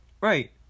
Right